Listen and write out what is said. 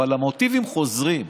אבל המוטיבים חוזרים,